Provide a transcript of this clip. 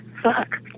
Fuck